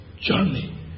journey